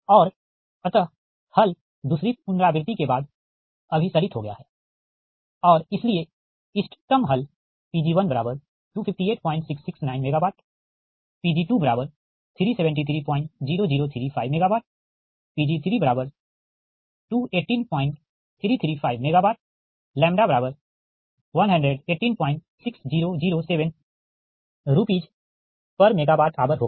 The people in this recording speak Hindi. और अतः हल दूसरी पुनरावृति के बाद अभिसरित हो गया है और इसलिए इष्टतम हल Pg1258669 MW Pg23730035 MW Pg3218335 MW λ1186007 RsMWhr होगा